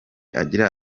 agira